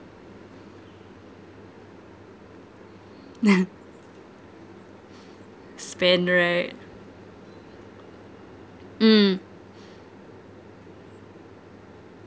spend right mm